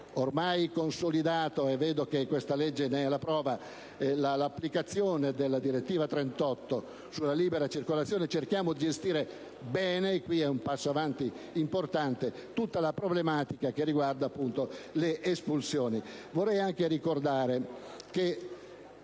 ormai consolidato, e vedo che questa legge ne è la prova. L'applicazione della direttiva 2004/38/CE sulla libera circolazione - che dobbiamo cercare di gestire bene - è un passo avanti importante per tutta la problematica che riguarda le espulsioni. Vorrei anche ricordare,